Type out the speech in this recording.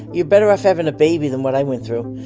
you're better off having a baby than what i went through.